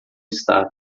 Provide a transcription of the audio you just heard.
está